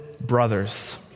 brothers